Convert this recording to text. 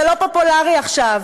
זה לא פופולרי עכשיו,